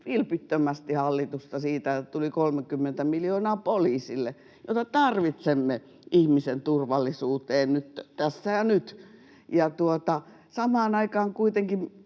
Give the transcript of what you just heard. vilpittömästi hallitusta siitä, että tuli 30 miljoonaa poliisille, jota tarvitsemme ihmisen turvallisuuteen tässä ja nyt. Samaan aikaan kuitenkin